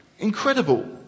Incredible